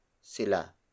sila